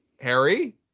Harry